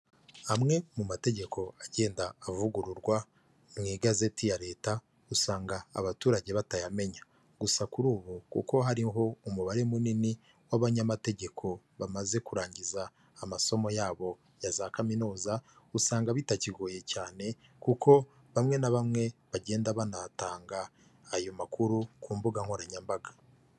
Amwe mu mategeko agenda avugururwa mu igazeti ya leta, usanga abaturage batayamenya. Gusa kuri ubu kuko hariho umubare munini w'abanyamategeko bamaze kurangiza amasomo yabo ya za kaminuza, usanga bitakigoye cyane, kuko bamwe na bamwe bagenda banatanga ayo makuru ku mbuga nkoranyambaga.